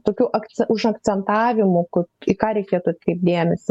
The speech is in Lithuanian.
tokiu akcen užakcentavimu kad į ką reikėtų atkreipt dėmesį